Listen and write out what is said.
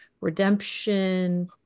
Redemption